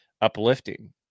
uplifting